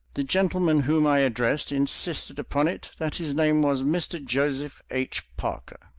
the gentleman whom i addressed insisted upon it that his name was mr. joseph h. parker.